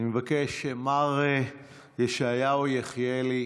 אני מבקש, מר ישעיהו יחיאלי,